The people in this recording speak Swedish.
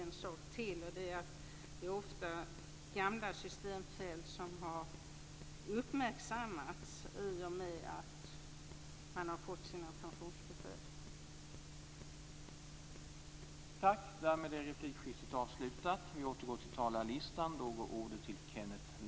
En annan sak är att det ofta varit gamla systemfel som uppmärksammats i och med att man har fått sina pensionsbesked.